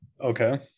Okay